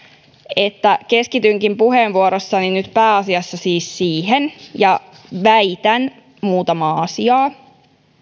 että keskitynkin puheenvuorossani nyt pääasiassa siis siihen ja väitän muutamaa asiaa